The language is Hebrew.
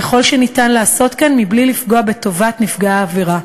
ככל שאפשר לעשות כן בלי לפגוע בטובת נפגע העבירה.